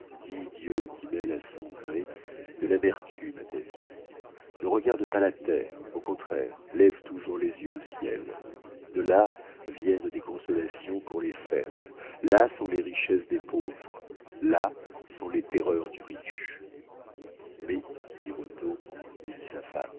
dieu qui mêle à son gré de l'amertume à ta vie ne regarde pas la terre au contraire lève toujours les yeux au ciel de là viennent des consolations pour les faibles là sont les richesses des pauvres là sont les terreurs du riche mais birotteau lui dit sa femme